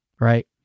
Right